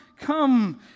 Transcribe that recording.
come